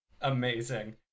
amazing